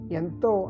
Yanto